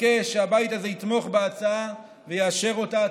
אבקש שהבית הזה יתמוך בהצעה ויאשר אותה.